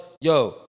yo